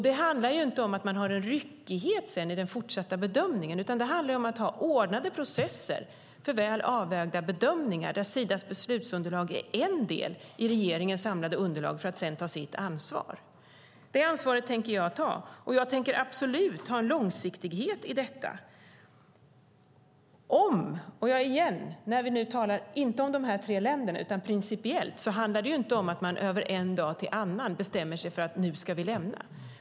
Det handlar inte om att man sedan har en ryckighet i den fortsatta bedömningen, utan det handlar om att ha ordnade processer för väl avvägda bedömningar, där Sidas budgetunderlag är en del i regeringens samlade underlag för att sedan ta sitt ansvar. Det ansvaret tänker jag ta, och jag tänker absolut ha en långsiktighet i detta. När vi nu inte talar om de tre länderna utan talar principiellt handlar det inte om att man från en dag till en annan bestämmer sig för att lämna.